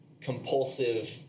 compulsive